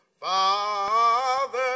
Father